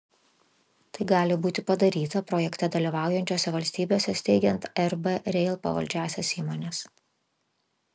tai gali būti padaryta projekte dalyvaujančiose valstybėse steigiant rb rail pavaldžiąsias įmones